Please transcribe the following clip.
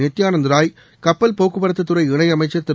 நித்யானந்த் ராய் கப்பல் போக்குவரத்து துறை இணையமைச்சர் திரு